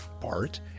Bart